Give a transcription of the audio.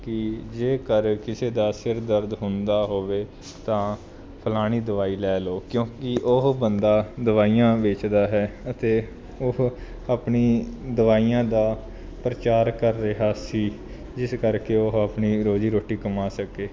ਕਿ ਜੇ ਕਰ ਕਿਸੇ ਦਾ ਸਿਰ ਦਰਦ ਹੁੰਦਾ ਹੋਵੇ ਤਾਂ ਫਲਾਣੀ ਦਵਾਈ ਲੈ ਲਓ ਕਿਉਂਕਿ ਉਹ ਬੰਦਾ ਦਵਾਈਆਂ ਵੇਚਦਾ ਹੈ ਅਤੇ ਉਹ ਆਪਣੀ ਦਵਾਈਆਂ ਦਾ ਪ੍ਰਚਾਰ ਕਰ ਰਿਹਾ ਸੀ ਜਿਸ ਕਰਕੇ ਉਹ ਆਪਣੀ ਰੋਜ਼ੀ ਰੋਟੀ ਕਮਾ ਸਕੇ